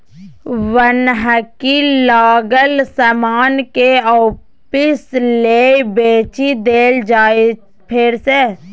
बन्हकी लागल समान केँ आपिस लए बेचि देल जाइ फेर सँ